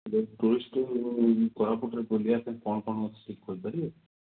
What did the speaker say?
ମୋତେ ଟୁରିଷ୍ଟ୍ ଆଉ କୋରାପୁଟରେ ବୁଲିବାପାଇଁ କ'ଣ କ'ଣ ଅଛି ସେଇଠି କହିପାରିବେ